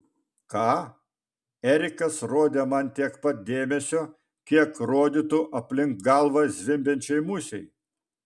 ką erikas rodė man tiek pat dėmesio kiek rodytų aplink galvą zvimbiančiai musei